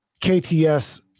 kts